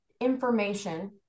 information